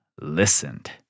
listened